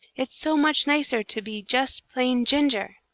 it's so much nicer to be just plain ginger!